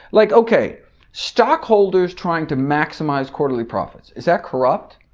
like ok, stockholders trying to maximize quarterly profits, is that corrupt?